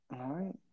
right